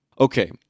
Okay